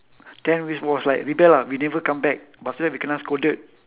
then we was like rebel ah we never come back but after that we kena scolded